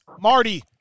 Marty